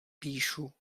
píšu